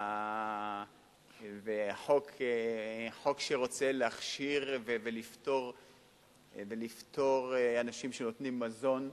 וחוק שרוצה להכשיר, ולפטור אנשים שנותנים מזון,